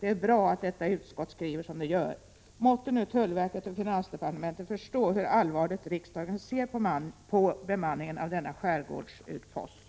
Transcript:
Det är bra att detta utskott skriver som det gör. Måtte nu tullverket och finansdepartementet förstå hur allvarligt riksdagen ser på bemanningen av denna skärgårdsutpost!